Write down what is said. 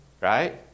Right